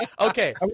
Okay